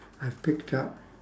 I've picked up